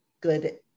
good